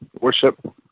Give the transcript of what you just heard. Worship